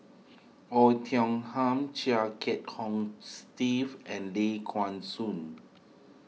Oei Tiong Ham Chia Kiah Hong Steve and Ley Kuan Soon